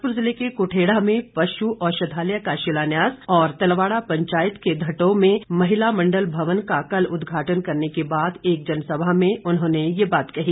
बिलासपुर जिले के कुठेड़ा में पशु औषधालय का शिलान्यास और तलवाड़ा पंचायत के धटोह में महिला मंडल भवन का कल उद्घाटन करने के बाद एक जनसभा में उन्होंने ये बात कही